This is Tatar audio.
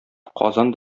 казан